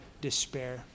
despair